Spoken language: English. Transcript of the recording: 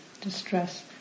distress